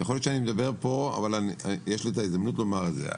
יכול להיות שאני מדבר פה אבל יש לי את ההזדמנות לומר את זה.